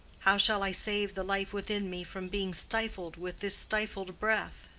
how shall i save the life within me from being stifled with this stifled breath